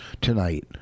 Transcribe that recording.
Tonight